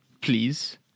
Please